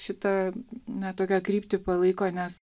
šitą na tokią kryptį palaiko nes